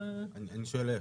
אני שואל איך?